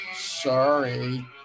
sorry